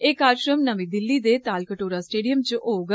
एह् कार्जक्रम नमीं दिल्ली दे तालकटोरा स्टेडियम च होग